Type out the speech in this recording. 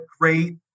great